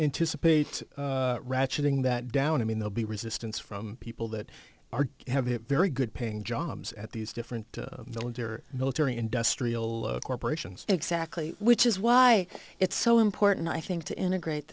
anticipate ratcheting that down i mean they'll be resistance from people that are have it very good paying jobs at these different though in their military industrial corporations exactly which is why it's so important i think to integrate